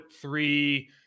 three